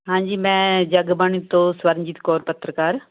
ਹਾਂਜੀ ਮੈਂ ਜਗਬਾਣੀ ਤੋਂ ਸਵਰਨਜੀਤ ਕੌਰ ਪੱਤਰਕਾਰ